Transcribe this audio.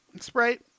Sprite